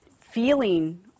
feeling